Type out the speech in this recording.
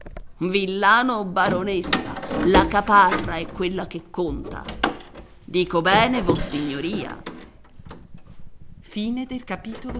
o baronessa la caparra è quella che conta dico bene vossignoria